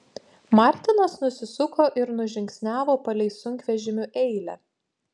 martinas nusisuko ir nužingsniavo palei sunkvežimių eilę